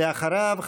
ואחריו,